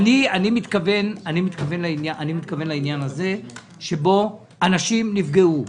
אני מתכוון למקרה שאנשים נפגעו,